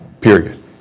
Period